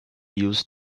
used